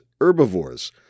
herbivores